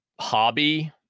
hobby